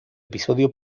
episodio